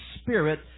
Spirit